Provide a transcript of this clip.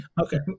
Okay